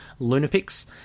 Lunapix